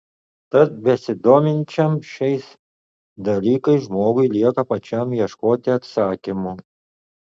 tad besidominčiam šiais dalykais žmogui lieka pačiam ieškoti atsakymų